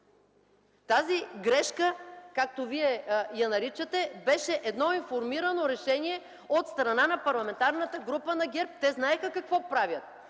Тази грешка, както Вие я наричате, беше едно информирано решение от страна на Парламентарната група на ГЕРБ. Те знаеха какво правят